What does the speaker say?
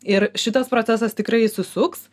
ir šitas procesas tikrai įsisuks